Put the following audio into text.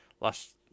last